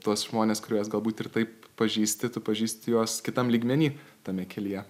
tuos žmones kuriuos galbūt ir taip pažįsti tu pažįsti juos kitam lygmenyj tame kelyje